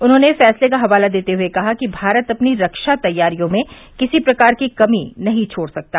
उन्होंने फैसले का हवाला देते हुए कहा कि भारत अपनी रक्षा तैयारियों में किसी प्रकार की कमी नहीं छोड़ सकता